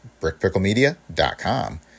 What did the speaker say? brickpicklemedia.com